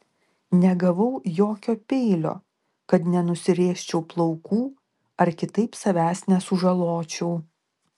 negavau jokio peilio kad nenusirėžčiau plaukų ar kitaip savęs nesužaločiau